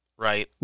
Right